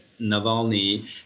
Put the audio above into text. Navalny